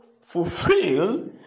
fulfill